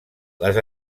les